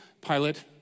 Pilate